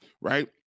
right